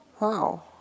Wow